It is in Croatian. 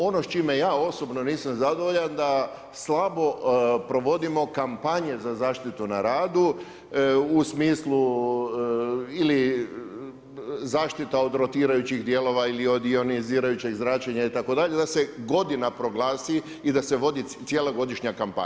Ono s čime ja osobno nisam zadovoljan da slabo provodimo kampanje za zaštite na radu u smislu ili zaštita od rotirajućih dijelova ili od dioniziranjujećeg zračenja itd. da se godina proglasi i da se vodi cijela godišnja kampanja.